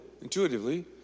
intuitively